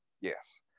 yes